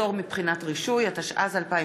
(פטור מבחינת רישוי), התשע"ז 2016,